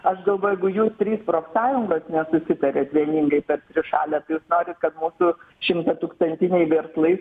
aš galvoju jeigu jūs trys profsąjungos nesusitariat vieningai per trišalę tai jūs norit kad mūsų šimtatūkstantiniai verslai